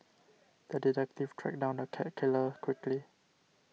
the detective tracked down the cat killer quickly